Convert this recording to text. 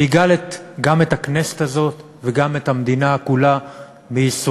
ויגאל גם את הכנסת הזאת וגם את המדינה כולה מייסוריה.